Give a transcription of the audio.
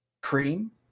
cream